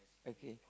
okay